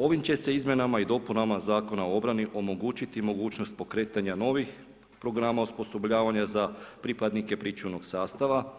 Ovim će se izmjenama i dopunama Zakona o obrani, omogućiti mogućnost pokretanja novih programa osposobljavanja za pripravnike pričuvnog sastava,